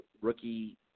rookie